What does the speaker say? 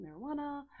marijuana